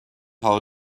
how